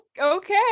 Okay